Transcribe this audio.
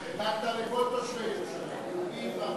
דאגת לכל תושבי ירושלים, יהודים וערבים.